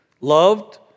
loved